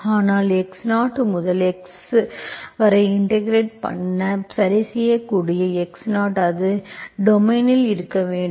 ஆனால் x0 முதல் x வரை இன்டெகிரெட் பண்ண சரிசெய்யக்கூடிய x0 அது உங்கள் டொமைனில் இருக்க வேண்டும்